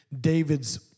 David's